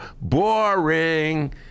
boring